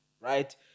right